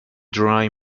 dry